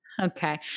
Okay